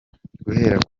guhera